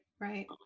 right